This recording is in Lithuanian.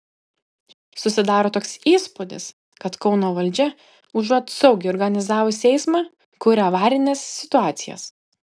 susidaro toks įspūdis kad kauno valdžia užuot saugiai organizavus eismą kuria avarines situacijas